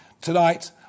Tonight